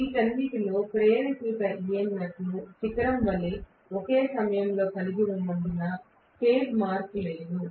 వీటన్నిటిలో ప్రేరేపిత EMF ను శిఖరం వలె ఒకే సమయంలో కలిగి ఉన్నందున ఫేజ్ మార్పు లేదు